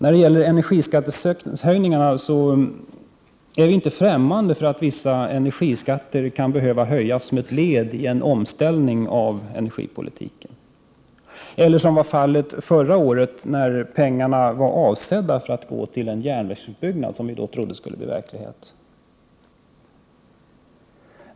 När det gäller energiskattehöjningarna är vi inte fftämmande för att vissa energiskatter kan behöva höjas som ett led i en omställning av energipolitiken. På liknande sätt var det förra året, när pengarna var avsedda att gå till en järnvägsutbyggnad, som vi då trodde skulle bli verklighet.